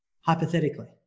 hypothetically